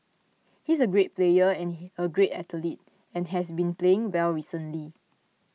he is a great player and he a great athlete and has been playing well recently